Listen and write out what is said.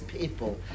people